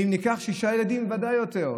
ואם ניקח שישה ילדים, ודאי יותר.